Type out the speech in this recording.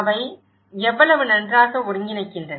அவை எவ்வளவு நன்றாக ஒருங்கிணைக்கின்றன